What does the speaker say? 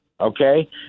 Okay